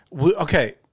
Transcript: Okay